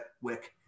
Wick